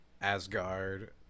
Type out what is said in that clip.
Asgard